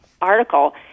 article